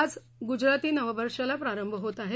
आज गुजराती नववर्षाला प्रारंभ होत आहे